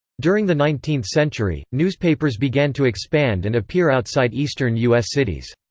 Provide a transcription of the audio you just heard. during the nineteenth century, newspapers began to expand and appear outside eastern u s. cities.